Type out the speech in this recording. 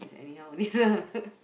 just anyhow only